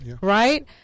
right